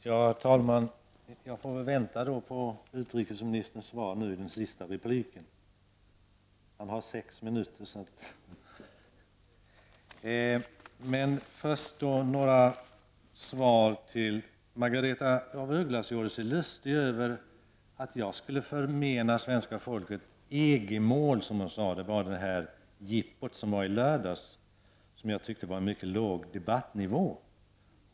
Herr talman! Jag får väl vänta på utrikesministerns svar i den sista repliken. Han har sex minuter. Margaretha af Ugglas gjorde sig lustig över att jag skulle förmena svenska folket ''EG-målet'', jippot som ägde rum i lördags och som jag tycker var ett prov på mycket låg debattnivå.